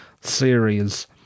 series